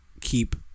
keep